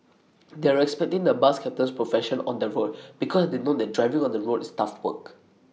they're respecting the bus captain's profession on the road because had they know that driving on the road is tough work